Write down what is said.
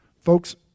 Folks